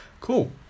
Cool